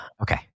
okay